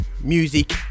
music